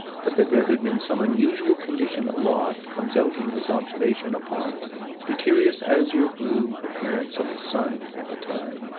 but that there had been some unusual condition aloft comes out in his observation upon the curious azure-blue appearance of the sun, at the time.